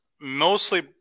mostly